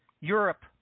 Europe